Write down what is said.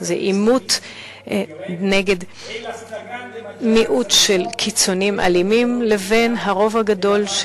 זה עימות נגד מיעוט של קיצונים אלימים לבין הרוב הגדול,